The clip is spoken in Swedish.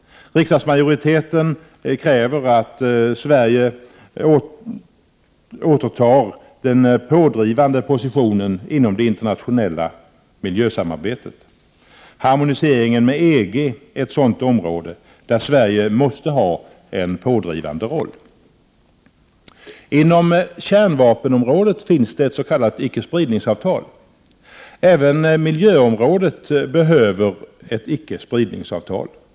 Riksdagsmajoriteten kräver att Sverige återtar den pådrivande positionen inom det internationella miljösamarbetet. Harmoniseringen med EG är ett sådant område, där Sverige måste ha en pådrivande roll. Inom kärnvapenområdet finns det ett s.k. icke-spridningsavtal. Även miljöområdet behöver ett icke-spridningsavtal.